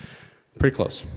pretty close,